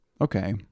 Okay